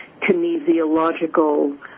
kinesiological